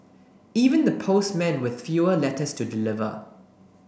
even the postmen with fewer letters to deliver